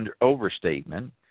overstatement